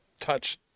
touch